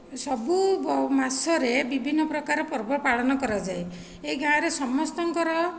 ସବୁ ବ ମାସରେ ବିଭିନ୍ନ ପ୍ରକାର ପର୍ବ ପାଳନ କରାଯାଏ ଏହି ଗାଁରେ ସମସ୍ତଙ୍କର